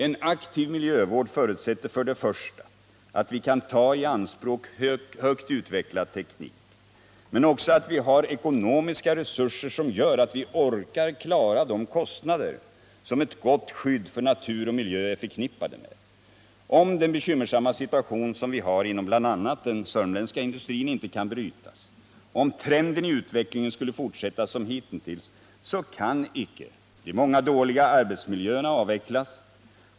En aktiv miljövård förutsätter först och främst att vi kan ta i anspråk högt utvecklad teknik, men också att vi har ekonomiska resurser som gör att vi klarar de kostnader som ett gott skydd för natur och mi är förknippade med. Om den bekymmersamma situation som vi har inom bl.a. den sörmländska industrin inte kan brytas, om trenden i utvecklingen skulle fortsätta som hitintills, kan icke de många dåliga arbetsmiljöerna avvecklas.